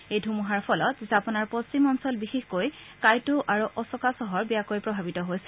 এই ধুমুহাৰ ফলত জাপানৰ পশ্চিম অঞ্চল বিশেষকৈ কাইটো আৰু অছাকা চহৰ বেয়াকৈ প্ৰভাৱিত হৈছে